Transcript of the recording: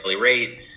rate